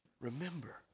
Remember